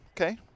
Okay